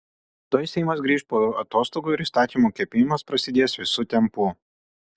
tuoj seimas grįš po atostogų ir įstatymų kepimas prasidės visu tempu